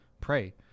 pray